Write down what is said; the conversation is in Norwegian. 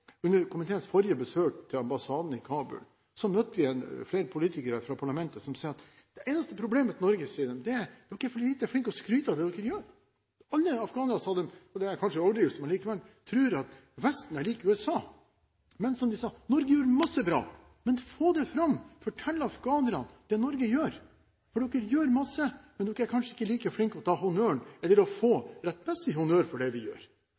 Under komiteens forrige besøk til ambassaden i Kabul møtte vi flere politikere fra parlamentet som sa at det eneste problemet til Norge er at dere er for lite flinke til å skryte av det dere gjør. Alle afghanere, sa de – det er kanskje en overdrivelse, men likevel – tror at Vesten er lik USA. Som de sa: Norge gjør mye bra, men få det fram – fortell afghanerne det Norge gjør, for dere gjør mye, men dere er kanskje ikke like flinke til å ta honnøren, eller dere får ikke rettmessig honnør for det dere gjør.